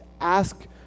ask